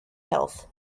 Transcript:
health